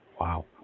Wow